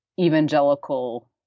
evangelical